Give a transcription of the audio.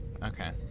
Okay